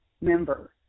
member